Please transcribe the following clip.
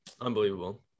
Unbelievable